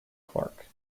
clark